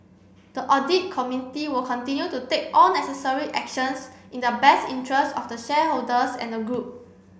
the audit committee will continue to take all necessary actions in the best interest of the shareholders and the group